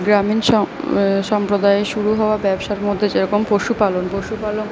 গ্রামীণ সম্প্রদায়ে শুরু হওয়া ব্যবসার মধ্যে যেরকম পশুপালন পশুপালন